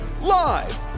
live